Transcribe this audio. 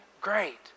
great